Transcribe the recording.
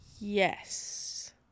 yes